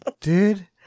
dude